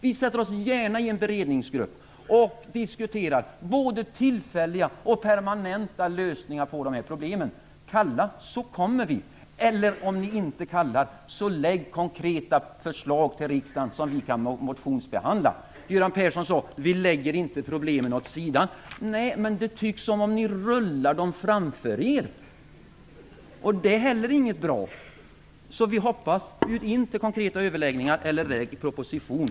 Vi sätter oss gärna i en beredningsgrupp och diskuterar både tillfälliga och permanenta lösningar på de här problemen. Kalla, så kommer vi. Eller, om ni inte kallar: Lägg konkreta förslag till riksdagen som vi kan motionsbehandla. Göran Persson sade: Vi lägger inte problemen åt sidan. Nej, men det tycks som om ni rullar dem framför er, och det är inte heller bra. Vi hoppas alltså: Bjud in till konkreta överläggningar eller lägg en proposition.